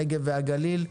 הנגב והגליל.